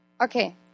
Okay